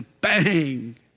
bang